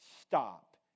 stop